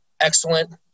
excellent